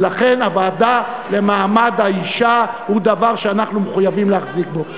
ולכן הוועדה למעמד האישה היא דבר שאנחנו מחויבים להחזיק בו.